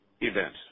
event